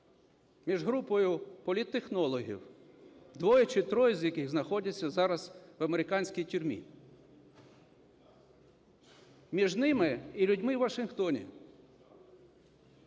між групою політтехнологів, двоє чи троє з яких знаходяться зараз в американській тюрмі; між ними і людьми в Вашингтоні.